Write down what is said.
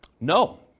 No